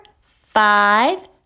five